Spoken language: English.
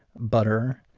butter,